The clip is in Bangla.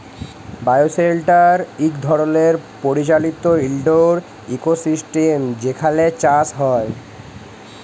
বায়োশেল্টার ইক ধরলের পরিচালিত ইলডোর ইকোসিস্টেম যেখালে চাষ হ্যয়